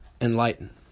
enlighten